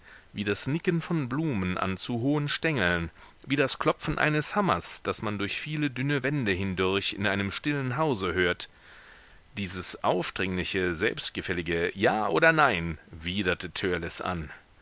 wie das nicken von blumen an zu hohen stengeln wie das klopfen eines hammers das man durch viele dünne wände hindurch in einem stillen hause hört dieses aufdringliche selbstgefällige ja oder nein widerte törleß an